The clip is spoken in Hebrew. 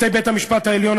שופטי בית-המשפט העליון,